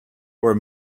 were